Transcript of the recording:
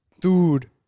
Dude